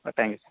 thank you sir